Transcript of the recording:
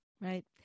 Right